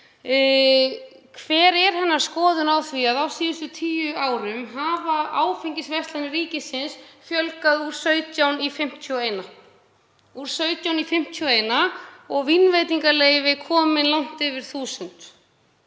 Hver er hennar skoðun á því að á síðustu tíu árum hefur áfengisverslunum ríkisins fjölgað úr 17 í 51 og vínveitingaleyfi komin langt yfir 1.000?